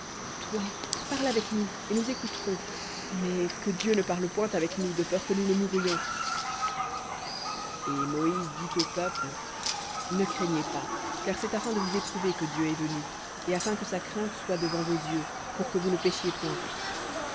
toi parle avec nous et nous écouterons mais que dieu ne parle point avec nous de peur que nous ne mourions et moïse dit au peuple ne craignez pas car c'est afin de vous éprouver que dieu est venu et afin que sa crainte soit devant vos yeux pour que vous ne péchiez point